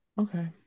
Okay